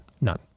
None